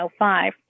1905